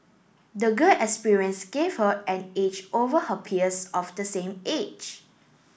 the girl experience gave her an edge over her peers of the same age